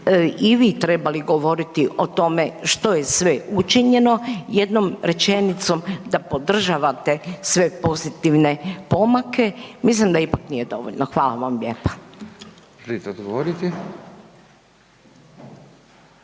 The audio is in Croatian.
i vi trebali govoriti o tome što je sve učinjeno, jednom rečenicom da podržavate sve pozitivne pomake mislim da ipak nje dovoljno. Hvala vam lijepa.